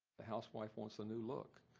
the housewife wants a new look.